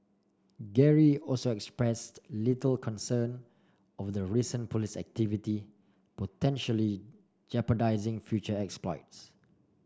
Gary also expressed little concern over the recent police activity potentially jeopardising future exploits